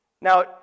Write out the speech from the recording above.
Now